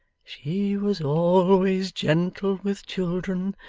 she was always gentle with children.